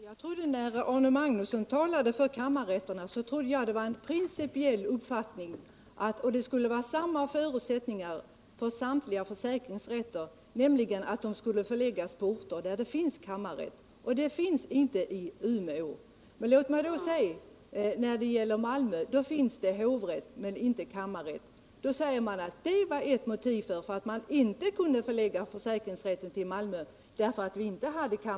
Herr talman! När Arne Magnusson talade för kammarrätterna, trodde jag att det var fråga om en principiell uppfattning att det skulle vara samma förutsättningar för samtliga försäkringsrätter, nämligen att de skulle förläggas till orter där det finns kammarrätt. Det finns inte i Umeå. I Malmö finns det hovrätt men inte kammarrätt. Då sägs det att detta var ett motiv för att man inte kunde förlägga försäkringsrätten till Malmö.